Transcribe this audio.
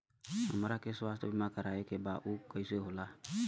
हमरा के स्वास्थ्य बीमा कराए के बा उ कईसे होला?